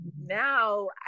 now